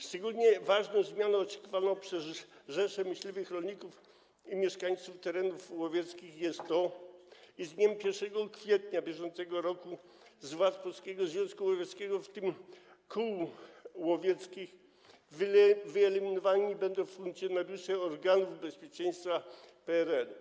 Szczególnie ważną zmianą oczekiwaną przez rzesze myśliwych, rolników i mieszkańców terenów łowieckich jest ta, iż z dniem 1 kwietnia br. z władz Polskiego Związku Łowieckiego, w tym kół łowieckich, wyeliminowani będą funkcjonariusze organów bezpieczeństwa PRL-u.